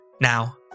Now